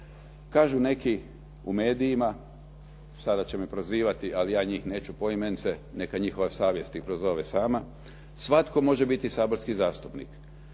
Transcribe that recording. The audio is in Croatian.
Kažu neki u medijima, sada će me prozivati, ali ja njih neću poimence, neka njihova savjest ih prozove sama, svatko može biti saborski zastupnik.